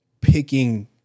picking